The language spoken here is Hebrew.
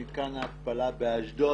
במתקן ההתפלה באשדוד?